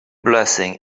blessing